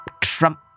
Trump